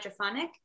Hydrophonic